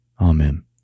Amen